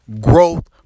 growth